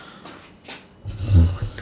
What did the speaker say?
one two